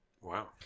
Wow